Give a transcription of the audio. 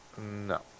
No